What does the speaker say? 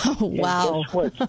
Wow